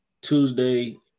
Tuesday